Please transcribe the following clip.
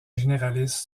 généraliste